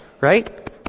right